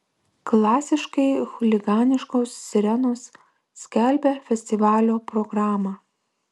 klasiškai chuliganiškos sirenos skelbia festivalio programą